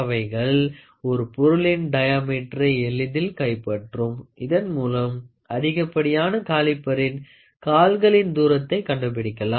அவைகள் ஒரு பொருளின் டயாமீட்டரை எளிதில் கைப்பற்றும் இதன் மூலம் அதிகப்படியான காலிபரின் கால்களின் தூரத்தை கண்டுபிடிக்கலாம்